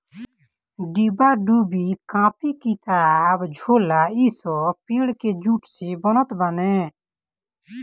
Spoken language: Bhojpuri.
डिब्बा डुब्बी, कापी किताब, झोला इ सब पेड़ के जूट से बनत बाने